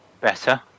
better